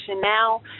now